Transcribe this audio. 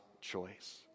choice